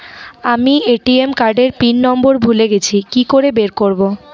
আমি ATM card এর pin number ভুলে গেছি কি করে বের করব?